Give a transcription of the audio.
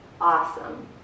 awesome